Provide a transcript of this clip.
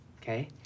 Okay